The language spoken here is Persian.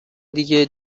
دیگه